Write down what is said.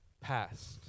past